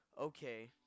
Okay